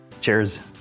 Cheers